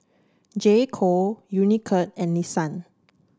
J Co Unicurd and Nissan